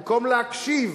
במקום להקשיב